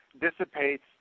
dissipates